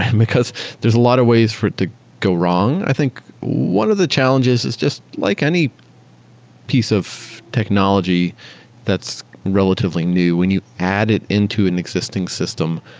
because there's a lot of ways for it to go wrong i think one of the challenges is just like any piece of technology that's relatively new when you add it into an existing system.